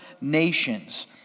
nations